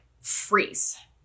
freeze